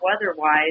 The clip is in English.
weather-wise